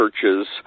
churches